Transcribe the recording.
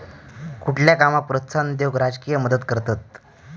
कुठल्या कामाक प्रोत्साहन देऊक राजकीय मदत करतत